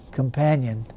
companion